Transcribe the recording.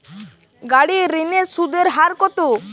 গাড়ির ঋণের সুদের হার কতো?